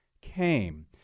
came